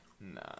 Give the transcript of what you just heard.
Nah